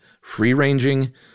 free-ranging